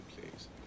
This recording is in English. please